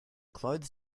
clothes